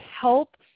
help